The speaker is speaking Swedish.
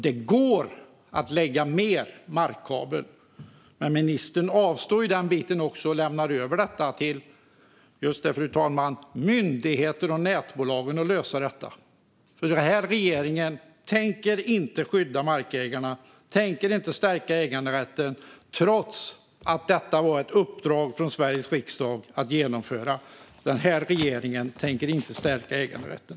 Det går att lägga mer markkabel, men ministern avstår från det och lämnar över detta till - just det, fru talman - myndigheter och nätbolag att lösa. Regeringen tänker inte skydda markägarna eller stärka äganderätten trots att detta var ett uppdrag från Sveriges riksdag att genomföra. Regeringen tänker alltså inte stärka äganderätten.